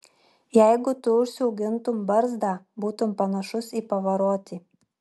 jeigu tu užsiaugintum barzdą būtum panašus į pavarotį